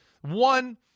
One